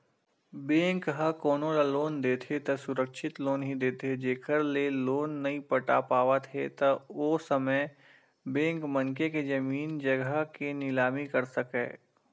bank ह कोनो ल लोन देथे त सुरक्छित लोन ही देथे जेखर ले लोन नइ पटा पावत हे त ओ समे बेंक मनखे के जमीन जघा के निलामी कर सकय